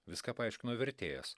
viską paaiškino vertėjas